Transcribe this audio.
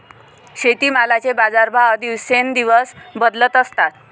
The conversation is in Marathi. शेतीमालाचे बाजारभाव दिवसेंदिवस बदलत असतात